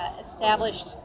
established